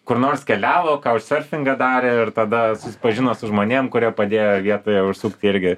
kur nors keliavo kaučserfingą darė ir tada susipažino su žmonėm kurie padėjo vietoje užsukti irgi